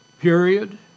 period